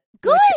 good